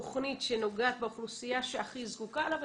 תוכנית שנוגעת באוכלוסייה שהכי זקוקה לה.